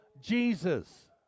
Jesus